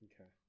okay